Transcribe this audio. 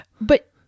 but-